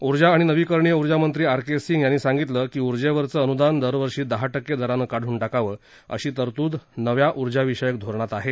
ऊर्जा आणि नवीकरणीय ऊर्जा मंत्री आर के सिंग यांनी सांगितलं की ऊर्जेवरचं अन्दान दरवर्षी दहा टक्के दरानं काढून टाकावं अशी तरतूद नवीन ऊर्जाविषयक धोरणात आहे